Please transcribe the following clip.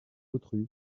autrui